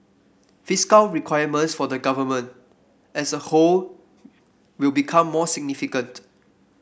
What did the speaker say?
fiscal requirements for the Government as a whole will become more significant